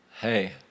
Hey